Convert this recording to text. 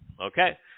Okay